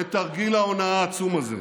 את תרגיל ההונאה העצום הזה,